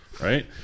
Right